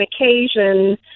occasion